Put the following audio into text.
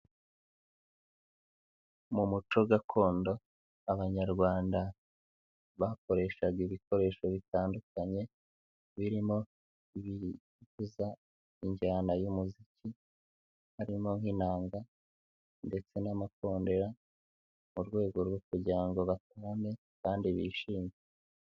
Mu muco gakondo Abanyarwanda bakoreshaga ibikoresho bitandukanye birimo ibivuza injyana y'umuziki, harimo nk'inanga ndetse n'amakondera mu rwego rwo kugira ngo batarame kandi bishime.